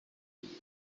ligas